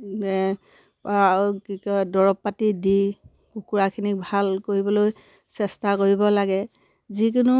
কি কয় দৰৱ পাতি দি কুকুৰাখিনিক ভাল কৰিবলৈ চেষ্টা কৰিব লাগে যিকোনো